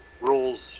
rules